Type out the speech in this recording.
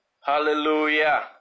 hallelujah